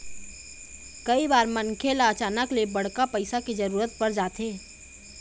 कइ बार मनखे ल अचानक ले बड़का पइसा के जरूरत पर जाथे